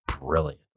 brilliant